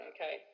Okay